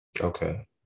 Okay